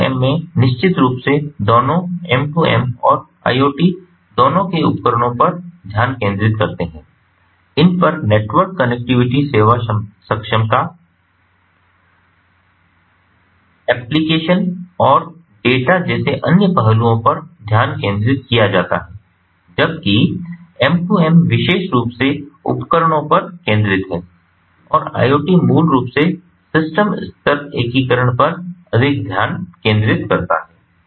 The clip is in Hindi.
M 2 M में निश्चित रूप से दोनों M 2 M और IoT दोनों के उपकरणों पर ध्यान केंद्रित करते हैं इन पर नेटवर्क कनेक्टिविटी सेवा सक्षमता एप्लिकेशन और डेटा जैसे अन्य पहलुओं पर ध्यान केंद्रित किया जाता है जबकि M 2 M विशेष रूप से उपकरणों पर केंद्रित है और IoT मूल रूप से सिस्टम स्तर एकीकरण पर अधिक ध्यान केंद्रित करता है